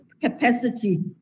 capacity